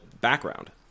background